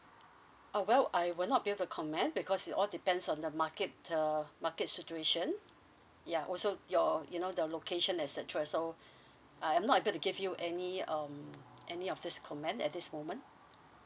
uh well I will not be able to comment because it all depends on the market the market situation ya also your you know the location et cetera so I'm not able to give you any um any of this comment at this moment